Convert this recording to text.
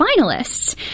finalists